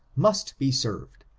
must be served,